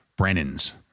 Brennan's